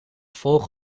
volgen